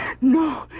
no